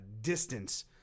distance